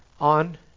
on